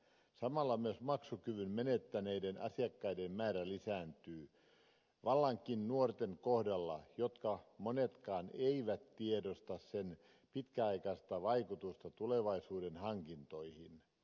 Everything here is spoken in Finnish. samalla myös maksukyvyn menettäneiden asiakkaiden määrä lisääntyy vallankin nuorten kohdalla joista monetkaan eivät tiedosta sen pitkäaikaista vaikutusta tulevaisuuden hankintoihin